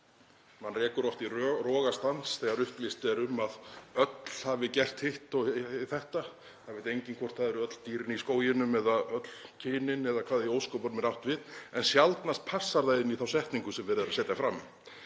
Mann rekur í rogastans þegar upplýst er um að öll hafi gert hitt og þetta. Það veit enginn hvort það eru öll dýrin í skóginum eða öll kynin eða hvað í ósköpunum er átt við en sjaldnast passar það inn í þá setningu sem verið er að setja fram.